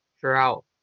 throughout